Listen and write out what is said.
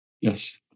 yes